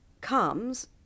comes